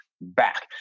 back